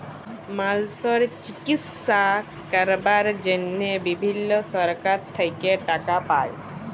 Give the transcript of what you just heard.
মালসর চিকিশসা ক্যরবার জনহে বিভিল্ল্য সরকার থেক্যে টাকা পায়